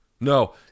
No